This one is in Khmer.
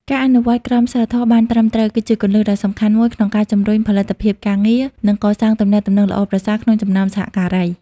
ការអនុវត្តន៍ក្រមសីលធម៌បានត្រឹមត្រូវ គឺជាគន្លឹះដ៏សំខាន់មួយក្នុងការជំរុញផលិតភាពការងារ និងកសាងទំនាក់ទំនងល្អប្រសើរក្នុងចំណោមសហការី។